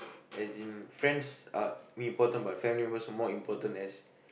as in friends are really important but family members are more important as